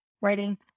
writing